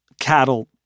cattle